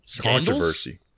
Controversy